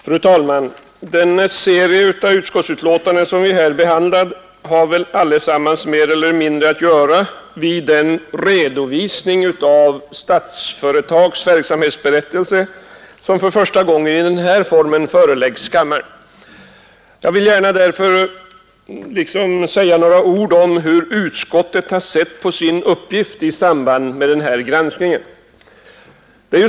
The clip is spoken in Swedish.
Fru talman! Den serie av utskottsbetänkanden som vi här behandlar har allesammans mer eller mindre att göra med den redovisning av Statsföretags verksamhetsberättelse som för första gången i denna form föreläggs kammaren. Jag vill därför gärna säga några ord om hur utskottet har sett på sin uppgift i samband med denna granskning.